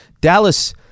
Dallas